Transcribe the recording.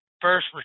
first